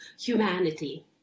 humanity